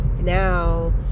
now